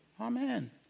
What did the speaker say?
Amen